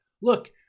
look